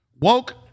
Woke